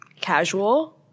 Casual